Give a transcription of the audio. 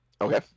Okay